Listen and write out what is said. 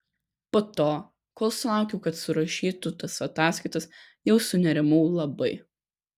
po to kol sulaukiau kad surašytų tas ataskaitas jau sunerimau labai